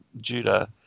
Judah